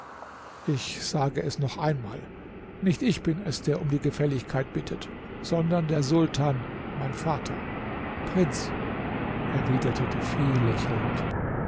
ich sage es noch einmal nicht ich bin es der um die gefälligkeit bittet sondern der sultan mein vater prinz erwiderte die fee lächelnd